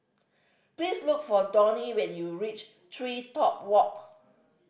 please look for Donnie when you reach TreeTop Walk